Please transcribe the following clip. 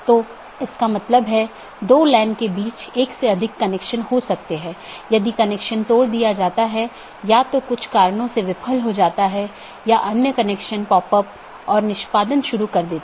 इसका मतलब है कि यह एक प्रशासनिक नियंत्रण में है जैसे आईआईटी खड़गपुर का ऑटॉनमस सिस्टम एक एकल प्रबंधन द्वारा प्रशासित किया जाता है यह एक ऑटॉनमस सिस्टम हो सकती है जिसे आईआईटी खड़गपुर सेल द्वारा प्रबंधित किया जाता है